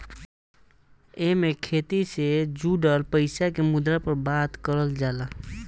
एईमे खेती से जुड़ल पईसा के मुद्दा पर बात करल जाला